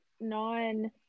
non